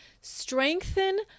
strengthen